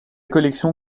collection